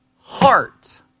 heart